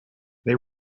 they